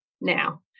now